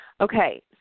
Okay